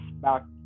back